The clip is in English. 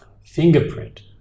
Fingerprint